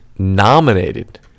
Nominated